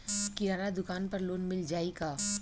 किराना दुकान पर लोन मिल जाई का?